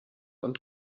und